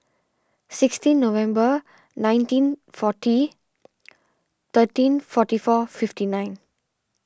sixteen November nineteen forty thirteen forty four fifty nine